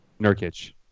Nurkic